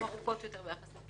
הן קצרות יותר.